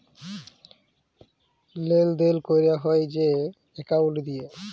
লেলদেল ক্যরা হ্যয় যে একাউল্ট দিঁয়ে